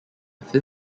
thin